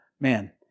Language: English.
man